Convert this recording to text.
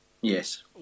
Yes